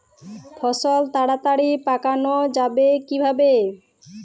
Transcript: ফসল তাড়াতাড়ি পাকানো যাবে কিভাবে?